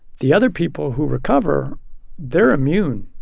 the other people who recover their immune.